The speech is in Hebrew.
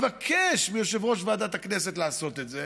הוא מבקש מיושב-ראש ועדת הכנסת לעשות את זה,